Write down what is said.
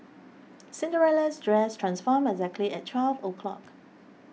Cinderella's dress transformed exactly at twelve o'clock